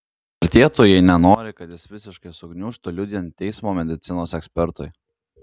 vertėtų jei nenori kad jis visiškai sugniužtų liudijant teismo medicinos ekspertui